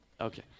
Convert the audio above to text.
Okay